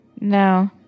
no